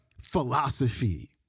philosophy